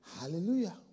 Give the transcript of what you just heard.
Hallelujah